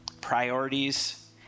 priorities